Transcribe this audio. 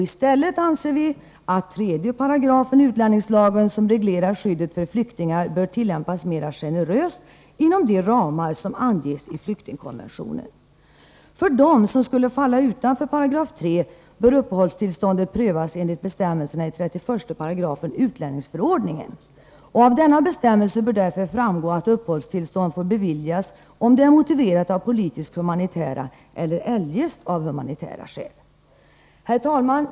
I stället anser vi att 3§ utlänningslagen, som reglerar skyddet för flyktingar, bör tillämpas mer generöst inom de ramar som anges i flyktingkonventionen. För dem som skulle falla utanför 3 § bör uppehållstillståndet prövas enligt bestämmelserna i 31§ utlänningsförordningen. Av denna bestämmelse bör därför framgå att uppehållstillstånd får beviljas om det är motiverat av politisk-humanitära skäl eller eljest av humanitära skäl. Herr talman!